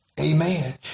amen